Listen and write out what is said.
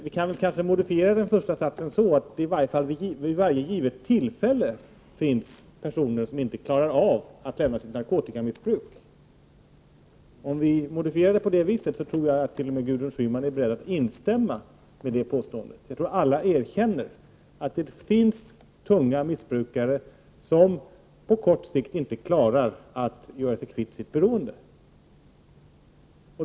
Vi kan kanske modifiera den första satsen så, att det i varje fall vid varje givet tillfälle finns personer som inte klarar av att lämna sitt narkotikamissbruk. Jag tror att t.o.m. Gudrun Schyman är beredd att instämma i det påståendet. Jag tror att alla erkänner att det finns tunga missbrukare som på kort sikt inte klarar av att göra sig kvitt sitt beroende.